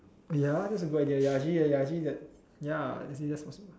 ya that's a good idea ya actually ya ya actually that ya actually that's possible